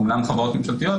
אומנם חברות ממשלתיות,